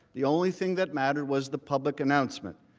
the only thing that mattered was the public announcement.